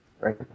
right